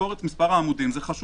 יספור את מספר העמודים זה חשוב.